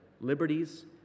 liberties